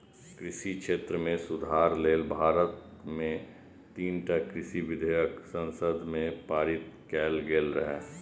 कृषि क्षेत्र मे सुधार लेल भारत मे तीनटा कृषि विधेयक संसद मे पारित कैल गेल रहै